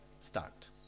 start